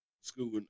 school